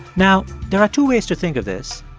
now, there are two ways to think of this.